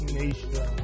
nation